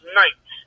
night